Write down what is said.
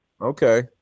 Okay